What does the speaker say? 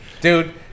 Dude